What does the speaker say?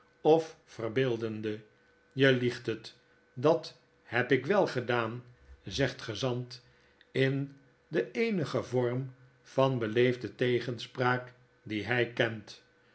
of verbeeldende je liegt het dat heb ik wel gedaan zegt gezant in den eenigen vorm van beleefae tegenspraak dien hy kent